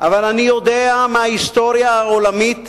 אבל אני יודע מה ההיסטוריה העולמית,